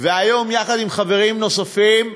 והיום, יחד עם חברים נוספים,